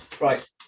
Right